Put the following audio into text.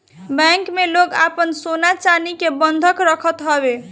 bank में लोग आपन सोना चानी के बंधक रखत हवे